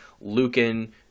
Lucan